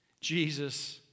Jesus